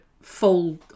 full